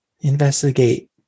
investigate